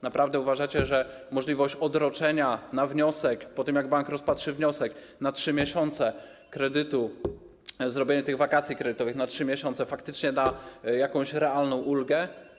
Naprawdę uważacie, że możliwość odroczenia na wniosek, po tym, jak bank rozpatrzy ten wniosek, na 3 miesiące kredytu, czyli zrobienie tych wakacji kredytowych na 3 miesiące, faktycznie da jakąś realną ulgę?